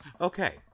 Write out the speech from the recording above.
okay